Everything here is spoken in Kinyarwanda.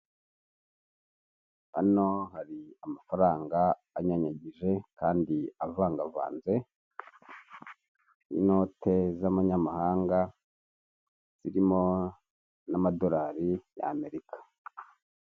Imodoka yo mu bwoko bwa dayihatsu yifashishwa mu gutwara imizigo ifite ibara ry'ubururu ndetse n'igisanduku cy'ibyuma iparitse iruhande rw'umuhanda, aho itegereje gushyirwamo imizigo. Izi modoka zikaba zifashishwa mu kworoshya serivisi z'ubwikorezi hirya no hino mu gihugu. Aho zifashishwa mu kugeza ibintu mu bice bitandukanye by'igihugu.